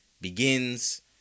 begins